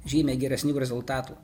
žymiai geresnių rezultatų